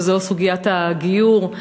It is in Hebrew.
וזוהי סוגיית הגיור.